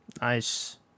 Nice